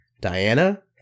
Diana